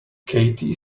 katie